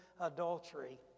adultery